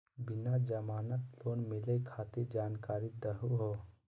बिना जमानत लोन मिलई खातिर जानकारी दहु हो?